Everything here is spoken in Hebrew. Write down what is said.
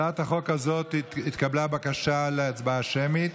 להצעת החוק הזאת התקבלה בקשה להצבעה שמית.